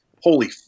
holy